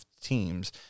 Teams